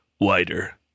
Wider